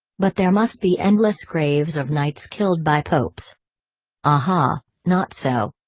but there must be endless graves of knights killed by popes aha, not so!